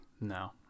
No